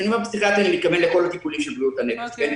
כשאני אומר פסיכיאטרי אני מתכוון לכל הטיפולים של בריאות הנפש,